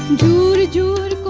reduce